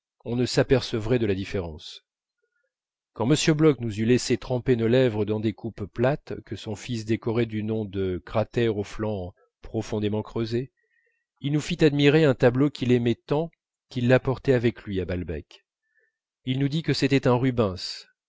on ne s'apercevrait de la différence quand m bloch nous eut laissé tremper nos lèvres dans les coupes plates que son fils décorait du nom de cratères aux flancs profondément creusés il nous fit admirer un tableau qu'il aimait tant qu'il l'apportait avec lui à balbec il nous dit que c'était un rubens